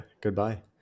Goodbye